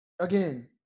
Again